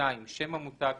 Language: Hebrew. (2)שם המותג,